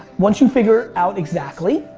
once you figure out exactly,